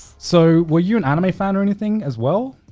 so were you an anime fan or anything as well?